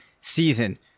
season